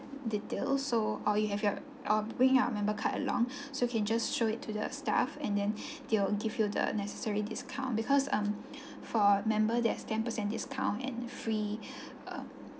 detail so or you have your or bring your member card along so can just show it to the staff and then they will give you the necessary discount because um for member there's ten percent discount and free um